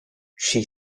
she